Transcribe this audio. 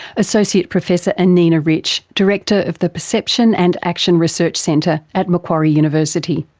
associate professor anina rich, director of the perception and action research centre at macquarie university.